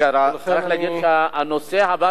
צריך להגיד שהנושא הבא,